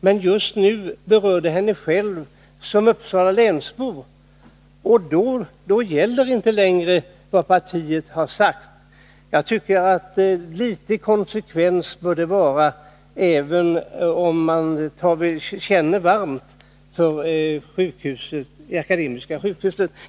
Men just nu berör ett ärende henne själv som uppsalalänsbo, och då gäller inte längre vad partiet har sagt. Jag tycker att det bör vara litet konsekvens, även om man känner varmt för Akademiska sjukhuset.